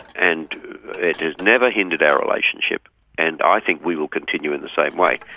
and it has never hindered our relationship and i think we will continue in the same way.